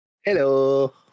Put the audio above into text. Hello